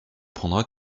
prendra